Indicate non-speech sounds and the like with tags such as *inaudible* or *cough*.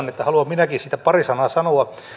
*unintelligible* että haluan minäkin siitä pari sanaa sanoa